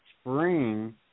spring